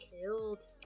killed